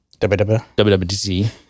WWDC